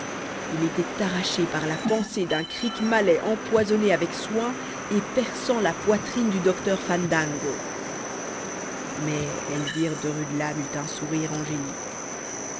il était arraché par la pensée d'un crick malais empoisonné avec soin et perçant la poitrine du docteur fandango mais elvire de rudelame eut un sourire angélique